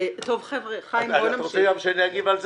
בוא נמשיך.